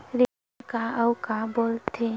ऋण का अउ का बोल थे?